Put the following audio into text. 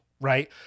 right